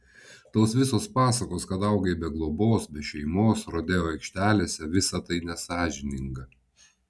tos visos pasakos kad augai be globos be šeimos rodeo aikštelėse visa tai nesąžininga